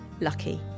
lucky